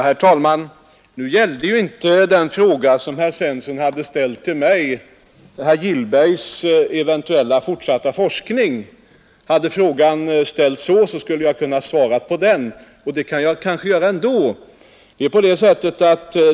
Herr talman! Nu gällde ju inte den fråga som herr Svensson hade ställt till mig herr Gillbergs eventuella fortsatta forskning. Hade frågan ställts så, skulle jag ha kunnat svara på den — och det kanske jag kan göra ändå.